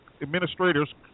administrators